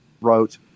Wrote